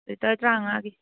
litre ꯇ꯭ꯔꯥꯡꯉꯥꯒꯤ